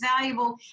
valuable